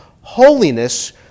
holiness